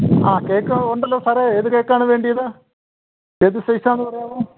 ആ കേക്ക് ഉണ്ടല്ലോ സാറേ ഏത് കേക്ക് ആണ് വേണ്ടത് ഏതു സൈസ് ആണെന്ന് പറയാമോ